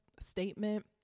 statement